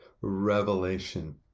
revelation